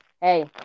Hey